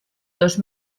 dos